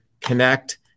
connect